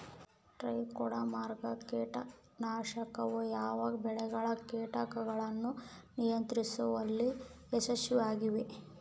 Trichoderma ಕೇಟನಾಶಕವು ಯಾವ ಬೆಳೆಗಳ ಕೇಟಗಳನ್ನು ನಿಯಂತ್ರಿಸುವಲ್ಲಿ ಯಶಸ್ವಿಯಾಗಿದೆ?